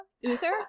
Uther